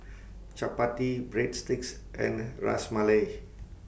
Chapati Breadsticks and Ras Malai